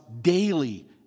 daily